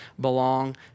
belong